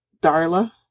Darla